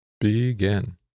begin